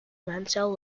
mansell